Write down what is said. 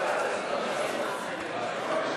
ההסתייגויות לסעיף 60, חינוך,